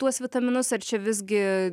tuos vitaminus ar čia visgi